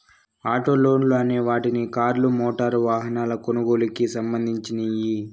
auto లోన్లు అనే వాటిని కార్లు, మోటారు వాహనాల కొనుగోలుకి సంధించినియ్యి